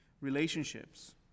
Relationships